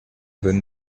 then